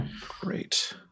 Great